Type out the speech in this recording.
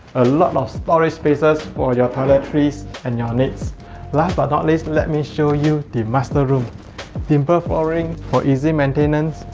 a lot of storage spaces for your toiletries and your needs last but not least, let me show you the master room timber flooring for easy maintenance,